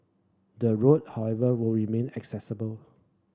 the road however will remain accessible